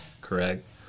correct